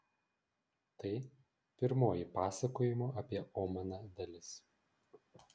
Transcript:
tai pirmoji pasakojimo apie omaną dalis